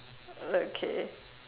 okay